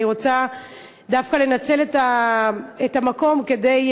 אני רוצה דווקא לנצל את המקום כדי,